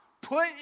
Put